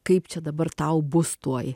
kaip čia dabar tau bus tuoj